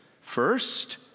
First